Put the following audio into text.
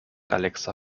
alexa